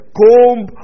comb